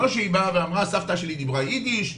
לא שהיא באה ואמרה סבתא שלי דיברה אידיש,